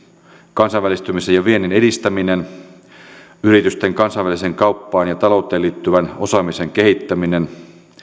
kansainvälistymisen ja viennin edistäminen yritysten kansainväliseen kauppaan ja talouteen liittyvän osaamisen kehittäminen